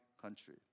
country